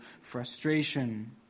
frustration